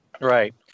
Right